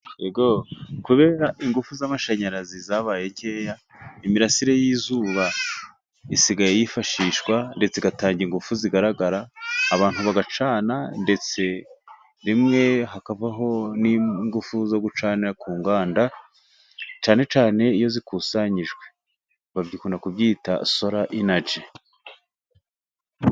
Kubera ingufu z'amashanyarazi zabaye nkeya, imirasire y'izuba isigaye yifashishwa ndetse igatanga ingufu zigaragara, abantu bagacana, ndetse rimwe hakavaho n'ingufu zo gucana ku nganda, cyane cyane iyo zikusanyijwe. Bakunda kubyita sora inaji.